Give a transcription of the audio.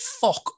fuck